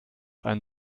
einen